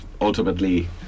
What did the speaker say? ultimately